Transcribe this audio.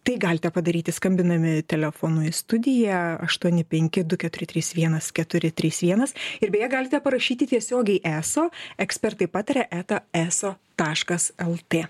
tai galite padaryti skambindami telefonu į studiją aštuoni penki du keturi trys vienas keturi trys vienas ir beje galite parašyti tiesiogiai eso ekspertai pataria eta eso taškas lt